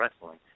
wrestling